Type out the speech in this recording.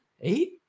eight